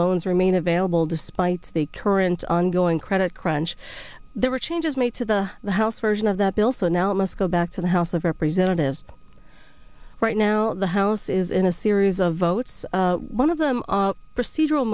remain available despite state current ongoing credit crunch there were changes made to the house version of the bill so now it must go back to the house of representatives right now the house is in a series of votes one of them all procedural